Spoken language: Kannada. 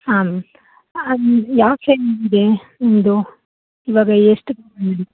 ಹಾಂ ಅದು ಯಾವ ಚೈನ್ ಇದೆ ನಿಮ್ಮದು ಇವಾಗ ಎಷ್ಟು ಹ್ಞೂ